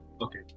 Okay